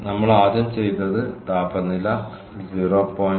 നമ്മൾ ആദ്യം ചെയ്തത് താപനില 0